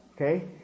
Okay